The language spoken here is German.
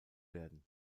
werden